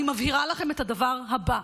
אני מבהירה לכם את הדבר הבא: